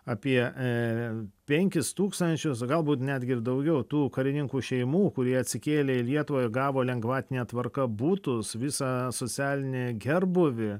apie penkis tūkstančius galbūt netgi ir daugiau tų karininkų šeimų kurie atsikėlė į lietuvą gavo lengvatine tvarka butus visą socialinį gerbūvį